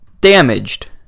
damaged